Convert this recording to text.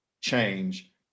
change